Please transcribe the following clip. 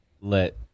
let